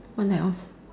on and off